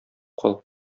кал